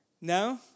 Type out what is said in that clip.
no